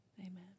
amen